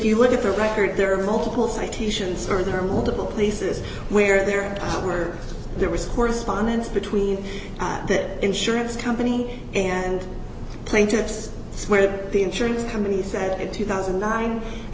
you look at the record there are multiple citations are there are multiple places where there were there was correspondence between the insurance company and plaintiffs where the insurance company said two thousand and nine